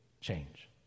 change